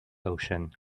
ocean